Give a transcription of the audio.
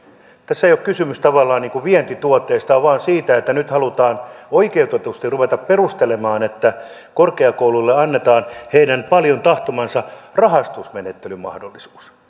tässä ei ole kysymys tavallaan vientituotteesta vaan siitä että nyt halutaan oikeutetusti ruveta perustelemaan että korkeakouluille annetaan heidän paljon tahtomansa rahastusmenettelymahdollisuus